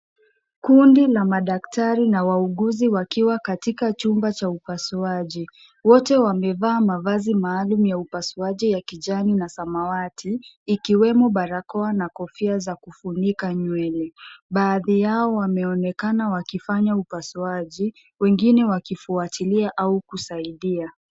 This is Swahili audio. Kundi la madaktari na wauguzi wakiwa katika chumba cha upasuaji. Wote wamevaa mavazi maalum ya upasuaji ya kijani na samawati, ikiwemo barakoa na kofia za kufunika nywele. Baadhi yao wameonekana wakifanya upasuaji, wengine wakifuatilia au kusaidia.